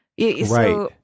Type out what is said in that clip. Right